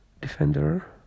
defender